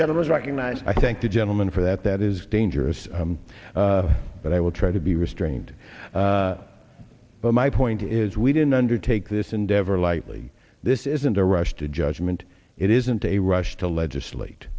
gentlemen to recognize i thank the gentleman for that that is dangerous but i will try to be restrained but my point is we didn't undertake this endeavor lightly this isn't a rush to judgment it isn't a rush to legislate